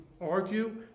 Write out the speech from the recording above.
argue